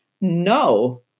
No